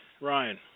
Ryan